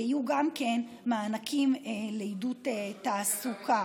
ויהיו גם מענקים לעידוד תעסוקה.